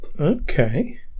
okay